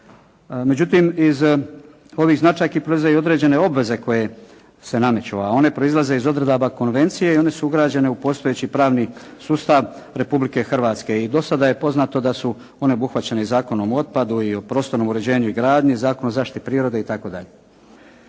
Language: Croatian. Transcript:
Međutim, iz ovih značajki proizlaze i određene obveze koje se nameću, a one proizlaze iz odredaba konvencije i one su ugrađene u postojeći pravni sustav Republike Hrvatske i do sada je poznato da su one obuhvaćene i Zakonom o otpadu i o prostornom uređenju i gradnji, Zakon o zaštiti prirode itd.